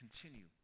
continue